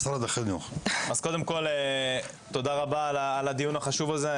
תודה רבה על הדיון החשוב הזה.